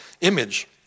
image